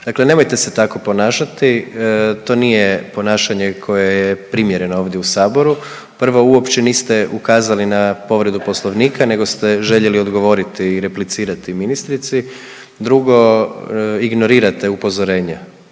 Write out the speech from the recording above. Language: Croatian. Dakle nemojte se tako ponašati, to nije ponašanje koje je primjerno ovdje u saboru. Prvo, uopće niste ukazali na povredu Poslovnika nego ste željeli odgovoriti i replicirati ministrici. Drugo, ignorirate upozorenja,